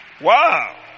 Wow